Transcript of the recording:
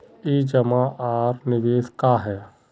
ई जमा आर निवेश का है?